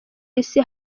isi